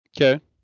Okay